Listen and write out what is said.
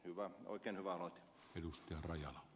hyvä oikein hyvä aloite